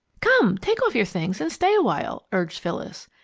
come, take off your things and stay awhile! urged phyllis,